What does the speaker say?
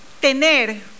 tener